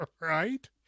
Right